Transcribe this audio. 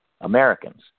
Americans